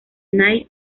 night